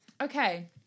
Okay